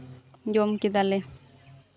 ᱡᱚᱢ ᱠᱮᱫᱟᱞᱮ